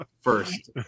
First